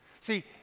See